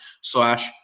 slash